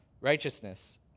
righteousness